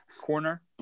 corner